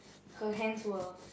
her hands were